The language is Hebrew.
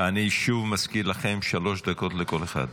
אני שוב מזכיר לכם, שלוש דקות לכל אחד.